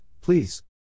please